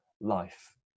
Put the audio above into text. life